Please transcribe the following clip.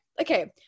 Okay